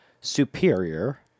superior